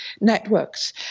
networks